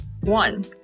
one